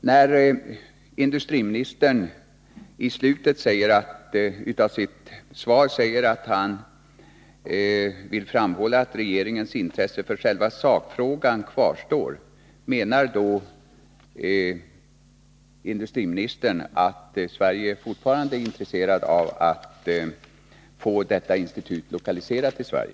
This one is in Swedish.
När industriministern i slutet av sitt svar säger att han vill framhålla att regeringens intresse för själva sakfrågan kvarstår, menar då industriministern att Sverige fortfarande är intresserat av att få detta institut lokaliserat till Sverige?